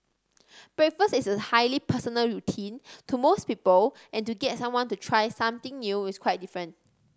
breakfast is a highly personal routine to most people and to get someone to try something new is quite difficult